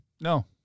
No